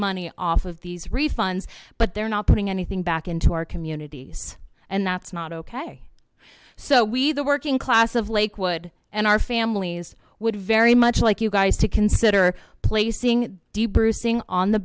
money off of these refunds but they're not putting anything back into our communities and that's not okay so we the working class of lakewood and our families would very much like you guys to consider placing